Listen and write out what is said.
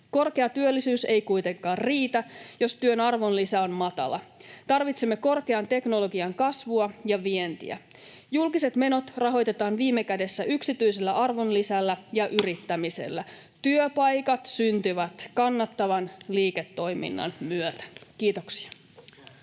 Korkea työllisyys ei kuitenkaan riitä, jos työn arvonlisä on matala. Tarvitsemme korkean teknologian kasvua ja vientiä. Julkiset menot rahoitetaan viime kädessä yksityisellä arvonlisällä ja yrittämisellä. Työpaikat syntyvät kannattavan liiketoiminnan myötä. — Kiitoksia.